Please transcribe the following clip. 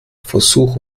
versuch